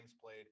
played